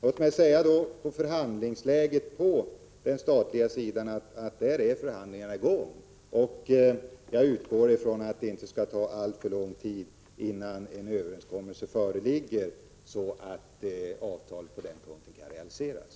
Låt mig beträffande förhandlingsläget på den statliga sidan säga att förhandlingarna är på gång, och jag utgår från att det inte skall ta alltför lång tid innan en överenskommelse föreligger så att avtalen kan realiseras.